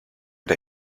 der